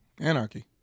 Anarchy